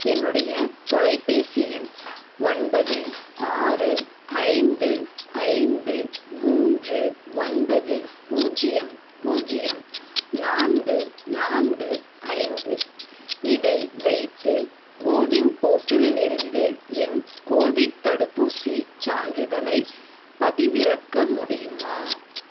என்னுடைய தொலைப்பேசி எண் ஒன்பது ஆறு ஐந்து ஐந்து மூன்று ஒன்பது பூஜ்ஜியம் பூஜ்ஜியம் நான்கு நான்கு ஐந்து இதை வைத்து கோவின் போர்ட்டலிலிருந்து என் கோவிட் தடுப்பூசிச் சான்றிதழைப் பதிவிறக்க முடியுமா